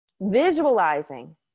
visualizing